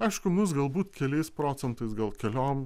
aišku mus galbūt keliais procentais gal keliom